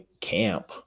camp